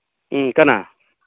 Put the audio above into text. ꯎꯝ ꯀꯅꯥ